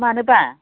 मानोबा